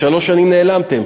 שלוש שנים נעלמתם.